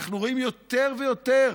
אנחנו רואים יותר ויותר